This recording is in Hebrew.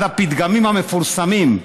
אחד הפתגמים המפורסמים,